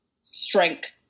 strength